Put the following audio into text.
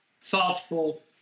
thoughtful